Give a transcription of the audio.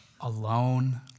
alone